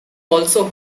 also